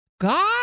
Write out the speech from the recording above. God